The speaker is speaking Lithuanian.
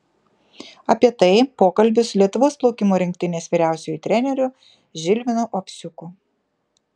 apie tai pokalbis su lietuvos plaukimo rinktinės vyriausiuoju treneriu žilvinu ovsiuku